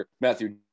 matthew